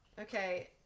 Okay